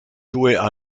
jouaient